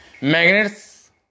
magnets